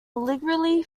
allegory